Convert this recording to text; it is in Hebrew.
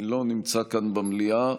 לא נמצא כאן במליאה.